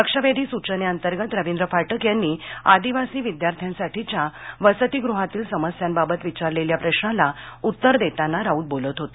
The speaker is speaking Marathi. लक्ष वेधी सूचनेअंतर्गत रवींद्र फाटक यांनी आदिवासी विद्यार्थ्यांसाठीच्या वसतिगृहातील समस्यांबाबत विचारलेल्या प्रश्नाला उत्तर देताना राऊत बोलत होते